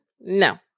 No